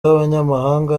y’abanyamahanga